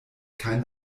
kein